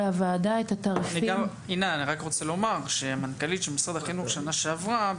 אני רק רוצה לומר שמנכ"לית של משרד החינוך שנה שעברה,